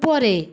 উপরে